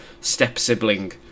step-sibling